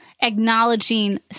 acknowledging